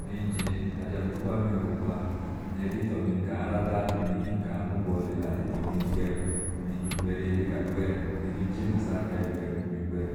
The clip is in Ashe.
Ime in jee aja tuba ime in nukpanaheti toh ime gaar adape, me kin gaar nu bole heti toh me ingber me kin gber ye ka gber mi kin jee nasan keye sha gber ni ime in gber